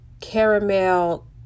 caramel